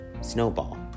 snowball